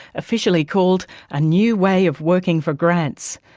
officially called a new way of working for grants.